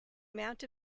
amount